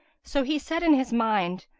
so he said in his mind,